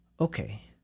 Okay